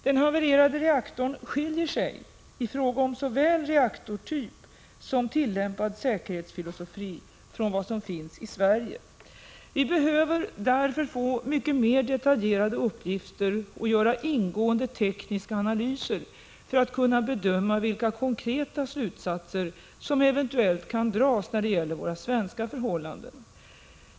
Den havererade reaktorn skiljer sig i fråga om såväl reaktortyp som tillämpad säkerhetsfilosofi från vad som finns i Sverige. Vi behöver därför få mycket mer detaljerade uppgifter och göra ingående tekniska analyser för att kunna bedöma vilka konkreta slutsatser som eventuellt kan dras när det gäller våra svenska förhållanden.